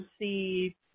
see